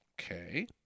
Okay